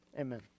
amen